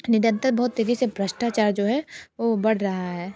निरंतर बहुत तेज़ी से भ्रष्टाचार जो है वह बढ़ रहा है